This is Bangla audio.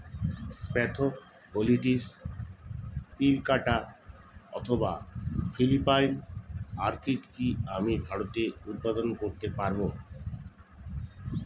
স্প্যাথোগ্লটিস প্লিকাটা অথবা ফিলিপাইন অর্কিড কি আমি ভারতে উৎপাদন করতে পারবো?